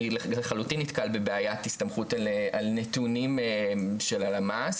אני לחלוטין נתקל בבעיית הסתמכות על נתונים של הלמ"ס,